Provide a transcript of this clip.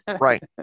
Right